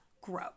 grow